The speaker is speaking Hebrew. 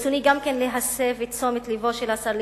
ברצוני גם כן להסב את תשומת לבו של השר,